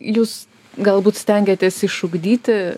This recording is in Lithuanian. jūs galbūt stengiatės išugdyti